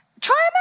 Try